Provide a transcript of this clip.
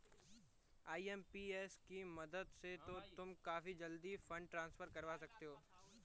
IMPS की मदद से तो तुम काफी जल्दी फंड ट्रांसफर करवा सकते हो